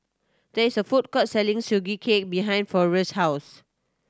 there is a food court selling Sugee Cake behind Forest's house